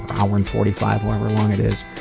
hour and forty five, however long it is,